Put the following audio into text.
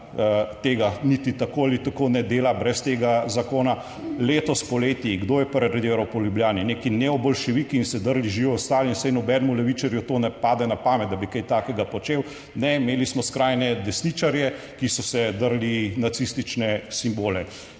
tega niti tako ali tako ne dela brez tega zakona. Letos poleti, kdo je pa radiral po Ljubljani neki neoboljševiki in se drli "Živi ostali!" in saj nobenemu levičarju to ne pade na pamet, da bi kaj takega počel. Ne, imeli smo skrajne desničarje, ki so se drli nacistične simbole.